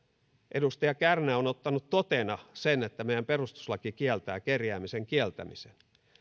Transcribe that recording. edustaja kärnä on ottanut totena sen että meidän perustuslakimme kieltää kerjäämisen kieltämisen